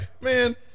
Man